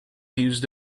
used